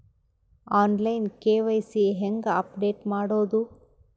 On line KYC ಹೇಂಗ update ಮಾಡೋದು?